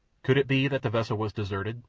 could it be that the vessel was deserted,